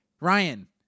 Ryan